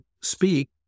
speak